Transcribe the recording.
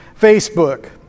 Facebook